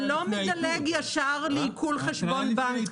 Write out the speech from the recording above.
זה לא מדלג ישר לעיקול חשבון בנק.